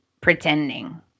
pretending